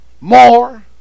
more